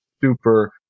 super